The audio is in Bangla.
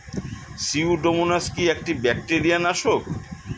সিউডোমোনাস কি একটা ব্যাকটেরিয়া নাশক?